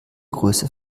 größe